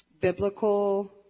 biblical